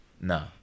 No